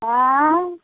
आँए